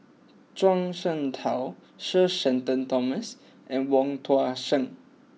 Zhuang Shengtao Sir Shenton Thomas and Wong Tuang Seng